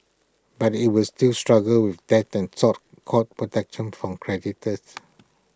but IT was still struggle with debt and sought court protection from creditors